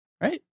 right